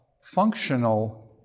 functional